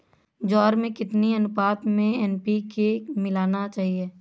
ज्वार में कितनी अनुपात में एन.पी.के मिलाना चाहिए?